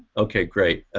okay great